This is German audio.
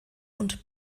und